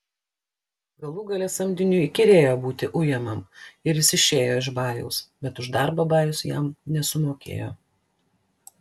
galų gale samdiniui įkyrėjo būti ujamam ir jis išėjo iš bajaus bet už darbą bajus jam nesumokėjo